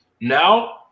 Now –